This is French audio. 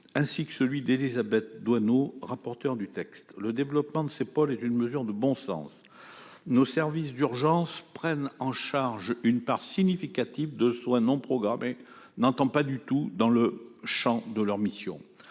ainsi que celui de notre rapporteure, Mme Élisabeth Doineau. Le développement de ces pôles est une mesure de bon sens. Nos services d'urgence prennent en charge une part significative de soins non programmés n'entrant pas du tout dans le champ de leurs missions.